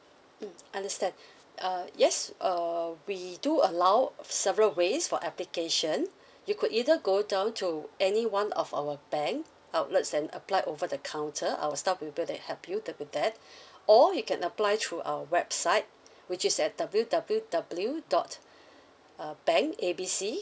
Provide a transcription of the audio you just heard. mm understand uh yes uh we do allow several ways for applications you could either go down to any one of our bank outlets and apply over the counter our staff will be able to help you to deal with do that or you can apply through our website which is at W W W dot uh bank A B C